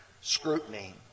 scrutiny